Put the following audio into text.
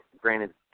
Granted